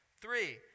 Three